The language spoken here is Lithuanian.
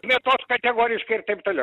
mėsos kategoriškai ir taip toliau